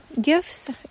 gifts